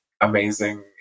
amazing